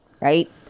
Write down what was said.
right